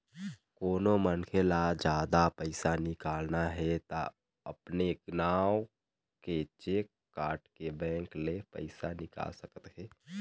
कोनो मनखे ल जादा पइसा निकालना हे त अपने नांव के चेक काटके बेंक ले पइसा निकाल सकत हे